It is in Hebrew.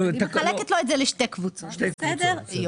לנמק אתה יכול, אבל